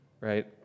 right